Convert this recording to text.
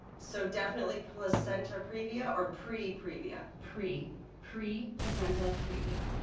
so definitely placenta previa or pre previa? pre pre placenta previa.